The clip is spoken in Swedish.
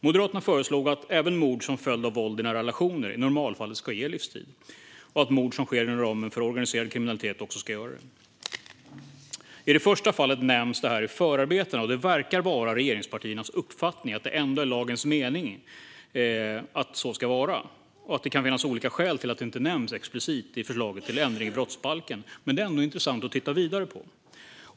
Moderaterna föreslog att även mord som följd av våld i nära relationer i normalfallet ska ge livstid och att mord som sker inom ramen för organiserad kriminalitet också ska ge det. I det första fallet nämns det i förarbetena, och det verkar vara regeringspartiernas uppfattning att det ändå är lagens mening att det ska vara så. Det kan finnas olika skäl till att det inte nämns explicit i förslaget till ändring i brottsbalken, men det är ändå intressant att titta vidare på.